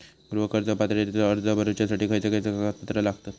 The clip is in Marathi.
गृह कर्ज पात्रतेचो अर्ज भरुच्यासाठी खयचे खयचे कागदपत्र लागतत?